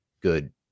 good